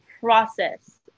process